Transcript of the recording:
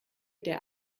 der